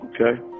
Okay